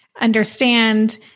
understand